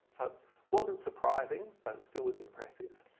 so wasn't surprising but it still was impressive.